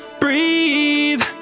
breathe